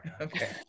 okay